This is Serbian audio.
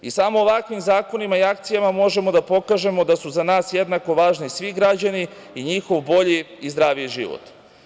Samo ovakvim zakonima i akcijama možemo da pokažemo da su za nas jednako važni svi građani i njihov bolji i zdraviji život.